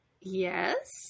yes